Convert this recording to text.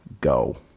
Go